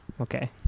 Okay